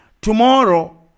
tomorrow